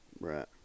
Right